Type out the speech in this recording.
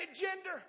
gender